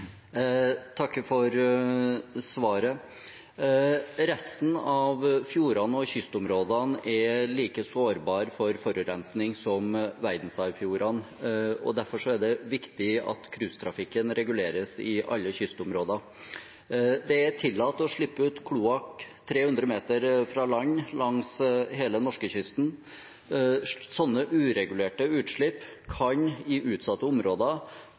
takker for svaret. Resten av fjordene og kystområdene er like sårbare for forurensning som verdensarvfjordene, og derfor tror jeg det er viktig at cruisetrafikken reguleres i alle kystområder. Det er tillatt å slippe ut kloakk 300 meter fra land langs hele norskekysten. Sånne uregulerte utslipp kan i utsatte områder